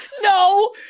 No